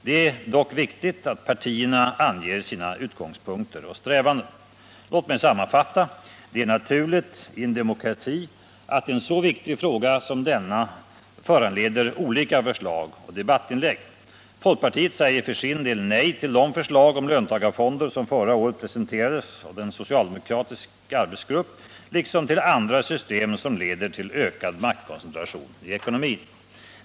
Det är dock viktigt att partierna anger sina utgångspunkter och strävanden. Låt mig sammanfatta: Det är naturligt i en demokrati att en så viktig fråga som denna föranleder olika förslag och debattinlägg. Folkpartiet säger för sin del nej till de förslag om löntagarfonder som förra året presenterades av en socialdemokratisk arbetsgrupp liksom till andra system som leder till ökad maktkoncentration i ekonomin.